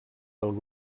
del